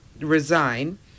resign